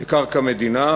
בקרקע מדינה.